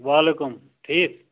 وعلیکم ٹھیٖک